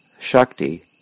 Shakti